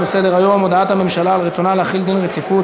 תוצאות ההצבעה: 73 בעד, 13 נגד, אין נמנעים.